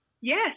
Yes